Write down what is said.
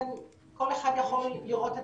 כל אחד יכול לראות אותם,